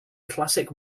classic